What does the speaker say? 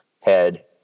head